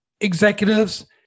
executives